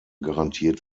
garantiert